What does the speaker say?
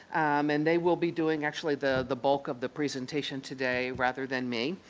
and they will be doing actually the the bulk of the presentation today, rather than me.